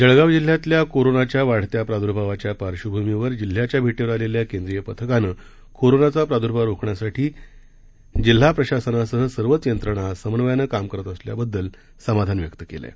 जळगाव जिल्ह्यातल्या कोरोनाच्या वाढत्या प्रादुर्भावाच्या पार्श्वभूमीवर जिल्ह्याच्या भेटीवर आलेल्या केंद्रीय पथकानं कोरोनाचा प्रादुर्भाव रोखण्यासाठी जिल्हा प्रशासनासह सर्वच यंत्रणा समन्वयानं काम करत असल्याबददल समाधान व्यक्त केलं आहे